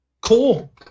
Cool